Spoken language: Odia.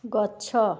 ଗଛ